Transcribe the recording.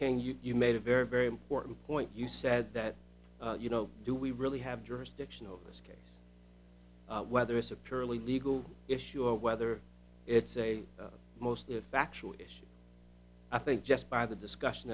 king you've made a very very important point you said that you know do we really have jurisdiction over this case whether it's a purely legal issue or whether it's a mostly a factual issue i think just by the discussion